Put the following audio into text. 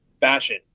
Fashion